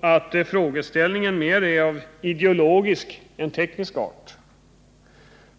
att frågeställningen mer är av ideologisk än av teknisk art.